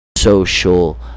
social